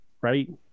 right